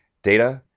data,